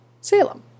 Salem